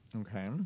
Okay